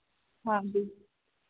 हाँ बिल